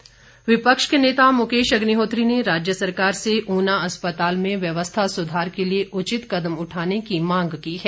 अग्निहोत्री विपक्ष के नेता मुकेश अग्निहोत्री ने राज्य सरकार से ऊना अस्पताल में व्यवस्था सुधार के लिए उचित कदम उठाने की मांग की है